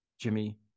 Jimmy